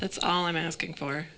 that's all i'm asking for